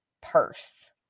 purse